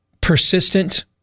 persistent